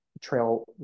trail